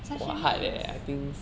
sashimi is